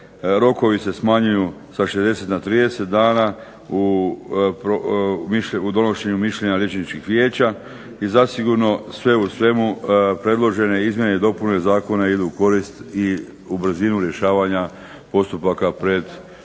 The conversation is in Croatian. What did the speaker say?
Rokovi se smanjuju sa 60 na 30 dana u donošenju mišljenja liječničkih vijeća i zasigurno sve u svemu predložene i izmjene i dopune zakona idu u korist u brzinu rješavanja postupaka pred